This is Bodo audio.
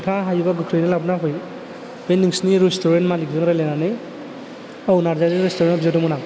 नोंथाङा हायोबा गोख्रैनो लाबोना होफै बे नोंसिनि रेस्टुरेन्ट मालिकजों रायलायनानै औ नार्जारी रेस्टुरेन्टआव बिहरदोंमोन आं